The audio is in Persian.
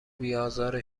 بیآزار